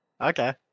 Okay